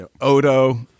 Odo